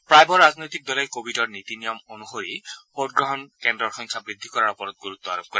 প্ৰায়বোৰ ৰাজনৈতিক দলেই কোৱিডৰ নীতি নিয়ম অনুসৰি ভোট গ্ৰহণ কেন্দ্ৰৰ সংখ্যা বৃদ্ধি কৰাৰ ওপৰত গুৰুত্ব আৰোপ কৰে